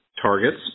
targets